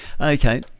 Okay